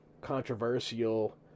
controversial